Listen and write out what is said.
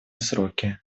сроки